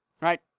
right